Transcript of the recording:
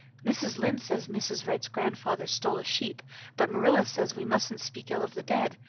mrs. lynde says mrs. wrights grandfather stole a sheep but marilla says we mustent speak ill of the dead.